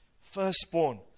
firstborn